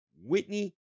Whitney